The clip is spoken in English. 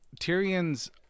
Tyrion's